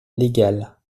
légales